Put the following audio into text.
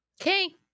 okay